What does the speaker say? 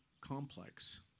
complex